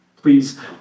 Please